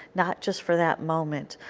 not just for that moment.